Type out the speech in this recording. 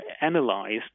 analyzed